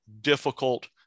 difficult